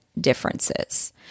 differences